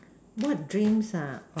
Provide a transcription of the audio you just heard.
what dreams of